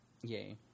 yay